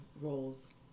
roles